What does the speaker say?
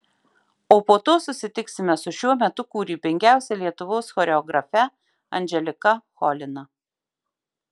o po to susitiksime su šiuo metu kūrybingiausia lietuvos choreografe andželika cholina